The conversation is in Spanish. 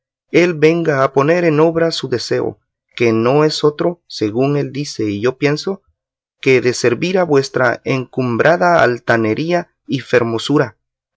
él venga a poner en obra su deseo que no es otro según él dice y yo pienso que de servir a vuestra encumbrada altanería y fermosura